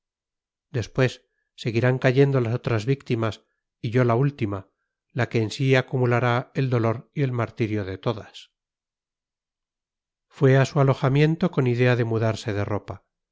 después seguirán cayendo las otras víctimas y yo la última la que en sí acumulará el dolor y el martirio de todas fue a su alojamiento con idea de mudarse de ropa